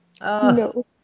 No